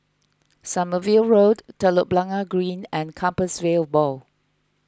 Sommerville Road Telok Blangah Green and Compassvale Bow